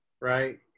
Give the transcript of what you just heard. right